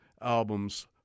albums